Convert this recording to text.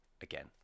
again